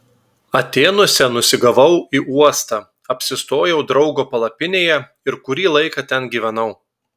atėnuose nusigavau į uostą apsistojau draugo palapinėje ir kurį laiką ten gyvenau